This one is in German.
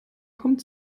kommt